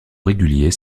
réguliers